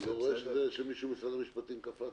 אני לא רואה שמישהו ממשרד המשפטים קפץ.